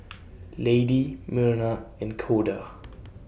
Lady Myrna and Koda